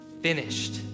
finished